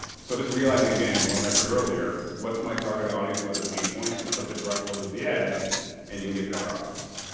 so just realizing, again, going back to earlier what's my target audience? what are the pain points? let's address those with the ads and you can get better outcomes.